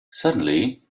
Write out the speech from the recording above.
suddenly